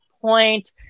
point